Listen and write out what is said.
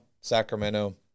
Sacramento